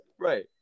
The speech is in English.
Right